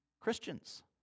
Christians